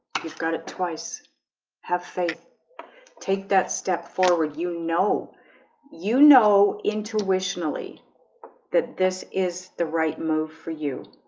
you've got it twice have faith take that step forward, you know you know intuition aliy that this is the right move for you